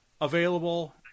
available